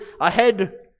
ahead